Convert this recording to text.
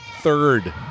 third